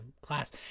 class